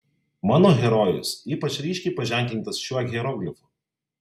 mano herojus ypač ryškiai paženklintas šiuo hieroglifu